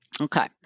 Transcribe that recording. Okay